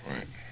Right